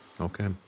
Okay